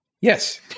yes